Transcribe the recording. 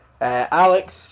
Alex